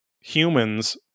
humans